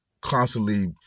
constantly